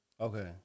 okay